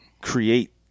create